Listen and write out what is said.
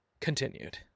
continued